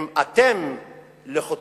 אם אתם לחוצים,